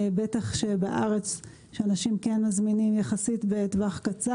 בטח שבארץ כשאנשים מזמינים בטווח קצר יחסית.